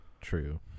True